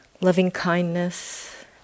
loving-kindness